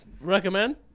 Recommend